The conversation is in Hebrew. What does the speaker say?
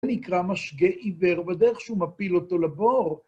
זה נקרא משגה עיוור בדרך שהוא מפיל אותו לבור.